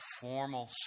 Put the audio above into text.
formal